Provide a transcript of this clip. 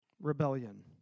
rebellion